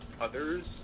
others